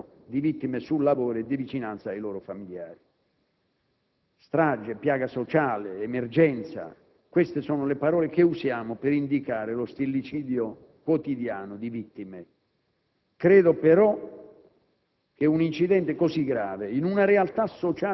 ho dovuto pronunciare in quest'Aula parole di ricordo di vittime del lavoro e di vicinanza ai loro familiari. Strage, piaga sociale, emergenza, queste sono le parole che usiamo per indicare lo stillicidio quotidiano di vittime. Credo però